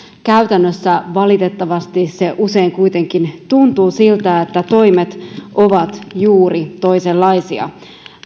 käytännössä valitettavasti se usein kuitenkin tuntuu siltä että toimet ovat juuri toisenlaisia